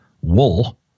wool